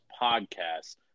podcast